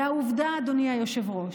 והעובדה, אדוני היושב-ראש,